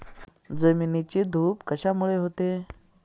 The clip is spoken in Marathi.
जमिनीची धूप कशामुळे होते?